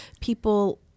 people